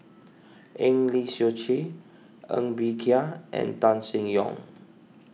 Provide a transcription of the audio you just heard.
Eng Lee Seok Chee Ng Bee Kia and Tan Seng Yong